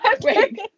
Wait